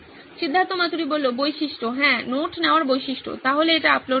সিদ্ধার্থ মাতুরি বৈশিষ্ট্য হ্যাঁ নোট নেওয়ার বৈশিষ্ট্য তাহলে এটি আপলোডের জন্য